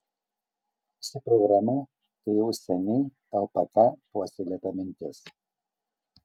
ši programa tai jau seniai lpk puoselėta mintis